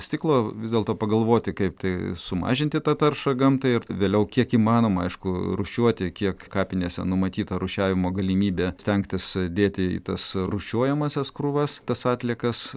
stiklo vis dėlto pagalvoti kaip tai sumažinti tą taršą gamtai ir vėliau kiek įmanoma aišku rūšiuoti kiek kapinėse numatyta rūšiavimo galimybė stengtis dėti į tas rūšiuojamąsias krūvas tas atliekas